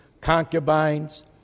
concubines